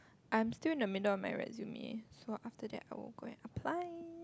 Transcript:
I'm still in the middle of my resume so after that I will go and apply